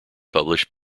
published